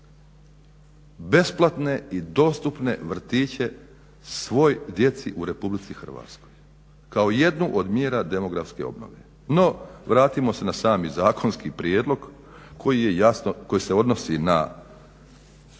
Besplatne i dostupne vrtiće svoj djeci u RH kao jednu od mjera demografske obnove. No, vratimo se na sami zakonski prijedlog koji se odnosi na